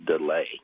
delay